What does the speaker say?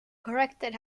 corrected